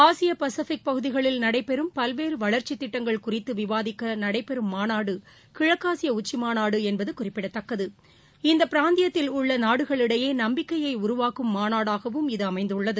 ஆசிய பசிபிக் பகுதிகளில் நடைபெறம் பல்வேறு வளர்ச்சித் திட்டங்கள் குறித்து விவாதிக்க நடைபெறும் மாநாடு கிழக்காசிய உச்சி மாநாடு என்பது குறிப்பிடத்தக்கது இந்த பிராந்தியத்தில் உள்ள நாடுகளிடையே நம்பிக்கையை உருவாக்கும் மாநாடகவும் இது அமைந்துள்ளது